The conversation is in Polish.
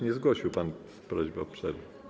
Nie zgłosił pan prośby o przerwę.